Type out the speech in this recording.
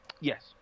yes